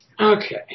Okay